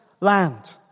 land